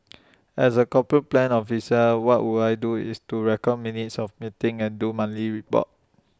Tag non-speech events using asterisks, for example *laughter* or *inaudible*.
*noise* as A corporate plans officer what would I do is to record minutes of meetings and do monthly reports